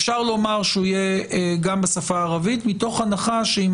אפשר לומר שהוא יהיה גם בשפה הערבית מתוך הנחה שאם